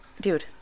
dude